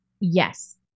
Yes